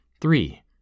Three